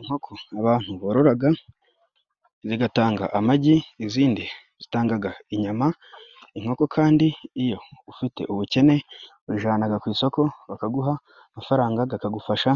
Inkoko, abantu bororaga zigatanga amagi izindi zitangaga inyama, inkoko kandi iyo ufite ubukene ujanaga ku isoko bakaguha amafaranga kakagufasha